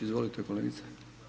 Izvolite kolegice.